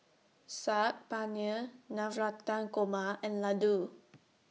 Saag Paneer Navratan Korma and Ladoo